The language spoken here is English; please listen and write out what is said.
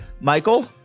michael